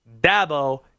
Dabo